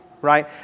right